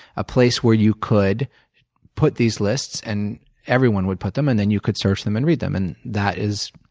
a place where you could put these lists and everyone would put them and and you could surf them and read them. and that is,